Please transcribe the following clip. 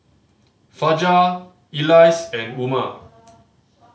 Fajar Elyas and Umar